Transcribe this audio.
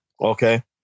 Okay